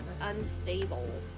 Unstable